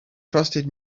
trusted